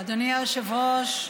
אדוני היושב-ראש,